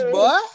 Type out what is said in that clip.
Boy